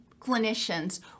clinicians